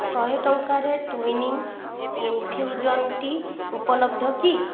ଶହେ ଟଙ୍କାରେ Twinings infusion tea ଉପଲବ୍ଧ କି